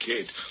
kid